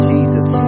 Jesus